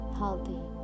healthy